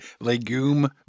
legume